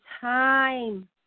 time